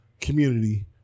community